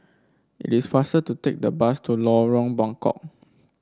it is faster to take the bus to Lorong Buangkok